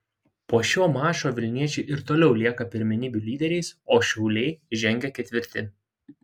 po šio mačo vilniečiai ir toliau lieka pirmenybių lyderiais o šiauliai žengia ketvirti